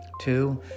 Two